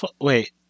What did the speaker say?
Wait